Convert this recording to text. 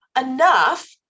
enough